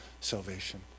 salvation